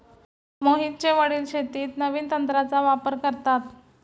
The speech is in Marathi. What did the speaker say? मोहितचे वडील शेतीत नवीन तंत्राचा वापर करतात